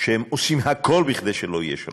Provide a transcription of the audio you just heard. שהם עושים הכול כדי שלא יהיה שלום,